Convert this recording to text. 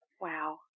Wow